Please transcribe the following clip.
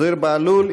זוהיר בהלול,